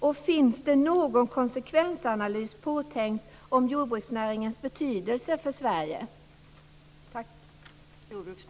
Är en konsekvensanalys när det gäller jordbruksnäringens betydelse för Sverige påtänkt?